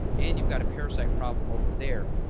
and you've got a parasite problem over there.